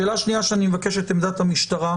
שאלה שנייה שאני מבקש את עמדת המשטרה,